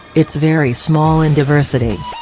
it's very small in diversity.